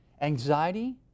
Anxiety